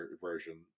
version